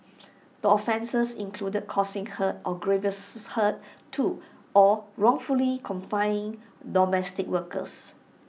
the offences included causing hurt or grievous hurt to or wrongfully confining domestic workers